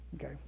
Okay